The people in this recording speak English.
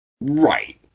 Right